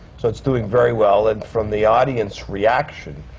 so it's doing very well. and from the audience reaction,